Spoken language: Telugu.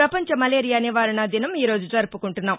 ప్రపంచ మలేరియా నివారణ దినాన్ని ఈ రోజు జరుపుకుంటున్నాం